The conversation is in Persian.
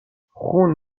خون